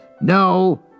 No